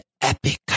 epic